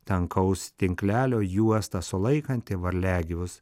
tankaus tinklelio juosta sulaikanti varliagyvius